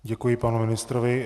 Děkuji, panu ministrovi.